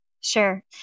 Sure